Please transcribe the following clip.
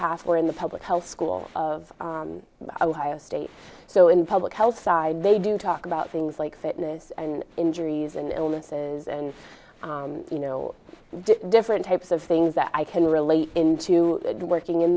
half were in the public health school of the state so in public health side they do talk about things like fitness and injuries and illnesses and you know different types of things that i can relate in to working in